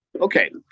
okay